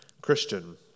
Christian